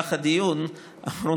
במהלך הדיון האחרון